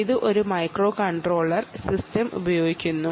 ഇത് ഒരു microcontroller system ഉപയോഗിക്കുന്നു